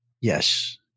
Yes